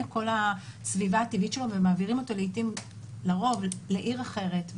מכל הסביבה הטבעית שלו ומעבירים לעיתים או לרוב לעיר אחרת.